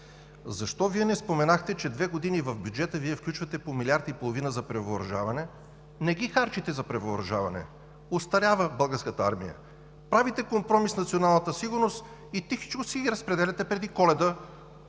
защо Вие не споменахте, че две години в бюджета включвате по 1,5 млрд. лв. за превъоръжаване, а не ги харчите за превъоръжаване? Остарява Българската армия. Правите компромис с националната сигурност и тихичко си ги разпределяте преди Коледа